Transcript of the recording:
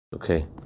Okay